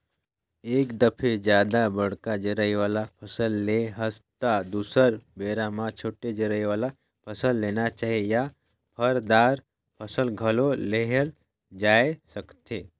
एक दफे जादा बड़का जरई वाला फसल ले हस त दुसर बेरा म छोटे जरई वाला फसल लेना चाही या फर, दार फसल घलो लेहल जाए सकथे